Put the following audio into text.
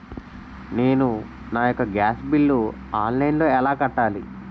నేను నా యెక్క గ్యాస్ బిల్లు ఆన్లైన్లో ఎలా కట్టాలి?